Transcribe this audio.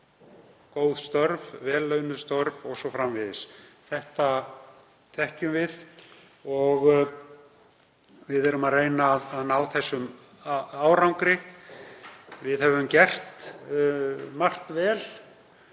góð störf, vel launuð störf o.s.frv. Þetta þekkjum við og við erum að reyna að ná þeim árangri. Við höfum gert margt vel